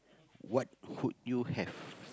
what would you have